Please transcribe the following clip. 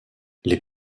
les